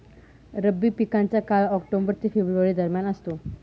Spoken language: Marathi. रब्बी पिकांचा काळ ऑक्टोबर ते फेब्रुवारी दरम्यान असतो